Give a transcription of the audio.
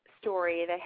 story